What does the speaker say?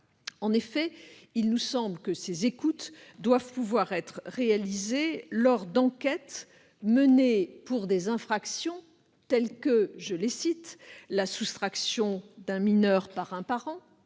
En effet, ces écoutes doivent pouvoir être réalisées lors d'enquêtes menées pour des infractions telles que la soustraction d'un mineur par un parent,